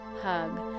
hug